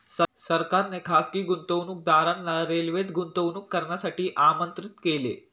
सरकारने खासगी गुंतवणूकदारांना रेल्वेत गुंतवणूक करण्यासाठी आमंत्रित केले